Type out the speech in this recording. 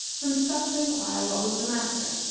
and stopped to inquire what was the matter,